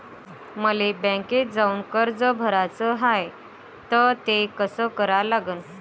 मले बँकेत जाऊन कर्ज भराच हाय त ते कस करा लागन?